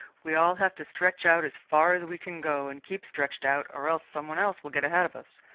we all have to stretch out as far as we can go, and keep stretched out, or else some one else will get ahead of us.